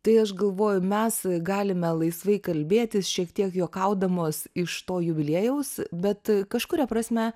tai aš galvoju mes galime laisvai kalbėtis šiek tiek juokaudamos iš to jubiliejaus bet kažkuria prasme